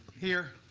here.